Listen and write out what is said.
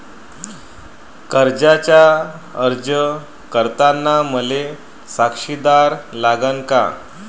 कर्जाचा अर्ज करताना मले साक्षीदार लागन का?